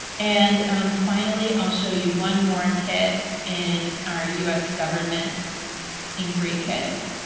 and finally, i'll show you one more kit in our us government in create kits.